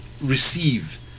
receive